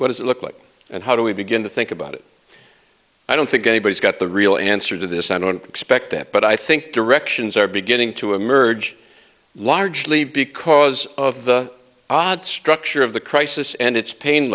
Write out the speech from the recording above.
what does it look like and how do we begin to think about it i don't think anybody's got the real answer to this i don't expect that but i think directions are beginning to emerge largely because of the odd structure of the crisis and it's pain